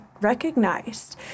recognized